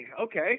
Okay